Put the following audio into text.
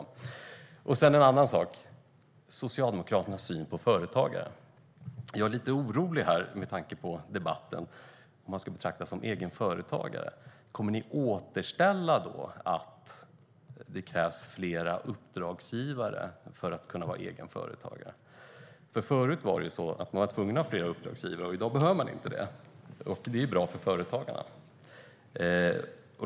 Sedan var det ytterligare en sak, nämligen Socialdemokraternas syn på företagare. Med tanke på debatten är jag orolig för att ni kommer att återställa att det ska krävas flera uppdragsgivare för att få vara egen företagare. Förut var det så att man var tvungen att ha flera uppdragsgivare, och i dag behöver man inte det. Det är bra för företagarna.